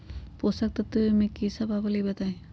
पोषक तत्व म की सब आबलई बताई?